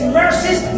mercies